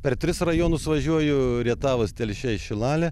per tris rajonus važiuoju rietavas telšiai šilalė